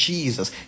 Jesus